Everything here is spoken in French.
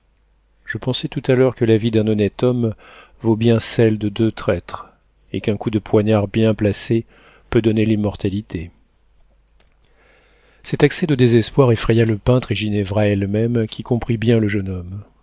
je pensais tout à l'heure que la vie d'un honnête homme vaut bien celle de deux traîtres et qu'un coup de poignard bien placé peut donner l'immortalité cet accès de désespoir effraya le peintre et ginevra elle-même qui comprit bien le jeune homme